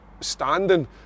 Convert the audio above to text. standing